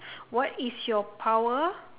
what is your power